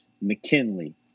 McKinley